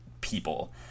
people